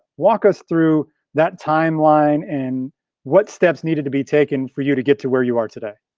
walk us through that timeline and what steps needed to be taken for you to get to where you are today.